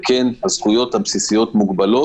וכן, הזכויות הבסיסיות מוגבלות.